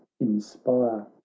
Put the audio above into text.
inspire